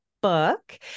book